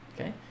Okay